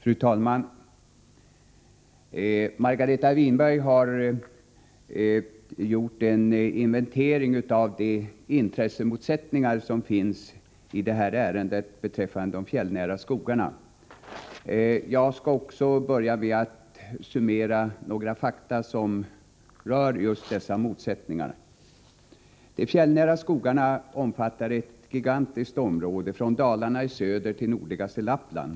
Fru talman! Margareta Winberg har gjort en inventering av de intressemotsättningar som finns i detta ärende beträffande de fjällnära skogarna. Jag skall börja med att summera några fakta som rör just dessa motsättningar. De fjällnära skogarna omfattar ett gigantiskt område, från Dalarna i söder till nordligaste Lappland.